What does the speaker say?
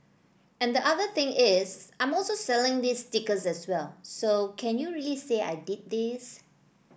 and the other thing is I'm also selling these stickers as well so can you really say I did these